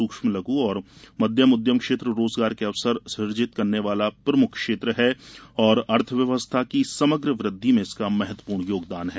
सूक्ष्म लघु और मध्यम उद्यम क्षेत्र रोजगार के अवसर सृजित करने वाला प्रमुख क्षेत्र है और अर्थव्यवस्था की समग्र वृद्धि में इसका महत्वपूर्ण योगदान है